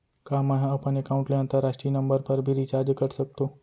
का मै ह अपन एकाउंट ले अंतरराष्ट्रीय नंबर पर भी रिचार्ज कर सकथो